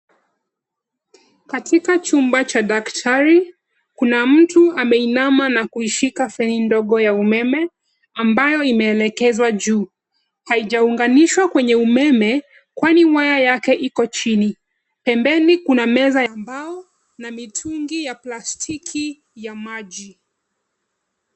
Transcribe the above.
Katika chumba cha daktari kuna mtu ameinama na kuishika feni ndogo ya umeme ambayo imeelekezwa juu. Haijaunganishwa kwenye umeme kwani waya yake iko chini. Pembeni kuna meza ya mbao na mitungi ya plastiki ya maji.